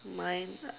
mine